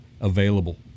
available